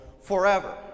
forever